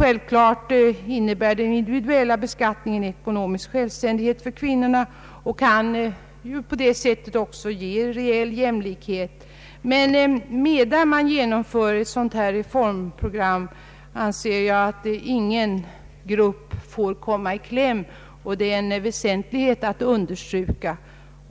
Självfallet innebär den individuella beskattningen en ekonomisk självständighet för kvinnorna och kan på det sättet också ge reell jämlikhet. Men under den tid ett sådant här reformprogram genomförs får ingen grupp komma i kläm — det måste kraftigt understrykas.